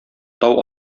тау